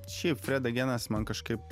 ši freda genas man kažkaip